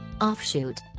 Offshoot